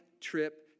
trip